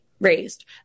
raised